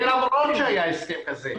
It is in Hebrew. למרות שהיה הסכם כזה,